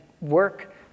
work